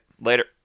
Later